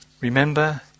Remember